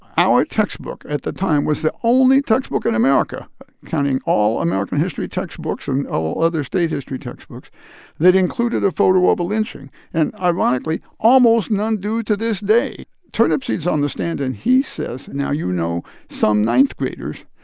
our textbook at the time was the only textbook in america counting all american history textbooks and all other state history textbooks that included a photo of a lynching. and ironically, almost none do to this day turnipseed's on the stand, and he says, now, you know, some ninth graders,